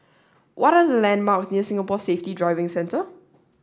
what are the landmarks near Singapore Safety Driving Centre